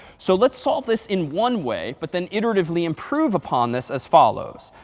so let's solve this in one way, but then iteratively improve upon this as follows.